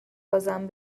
بازم